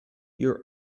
your